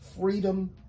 Freedom